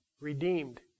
redeemed